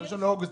מ-1 באוגוסט,